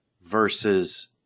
versus